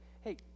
hey